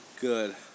good